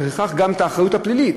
ולפיכך גם הרחבת האחריות הפלילית,